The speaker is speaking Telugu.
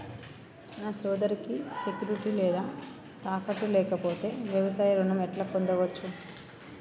నా సోదరికి సెక్యూరిటీ లేదా తాకట్టు లేకపోతే వ్యవసాయ రుణం ఎట్లా పొందచ్చు?